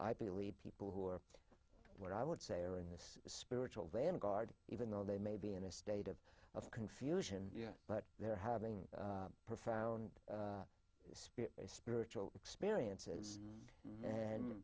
i believe people who are what i would say are in this spiritual vanguard even though they may be in a state of of confusion but they're having profound spirit spiritual experiences and